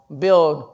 build